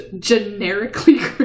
generically